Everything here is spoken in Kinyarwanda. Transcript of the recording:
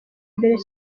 mbere